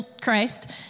Christ